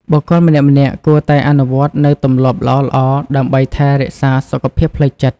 បុគ្គលម្នាក់ៗគួរតែអនុវត្តនូវទម្លាប់ល្អៗ ដើម្បីថែរក្សាសុខភាពផ្លូវចិត្ត។